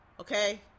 okay